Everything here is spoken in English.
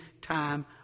time